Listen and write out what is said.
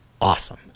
awesome